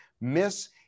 Miss